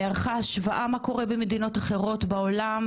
נערכה השוואה מה קורה במדינות אחרות בעולם